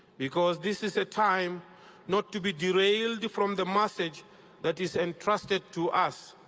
because this is a time not to be derailed from the message that is entrusted to us,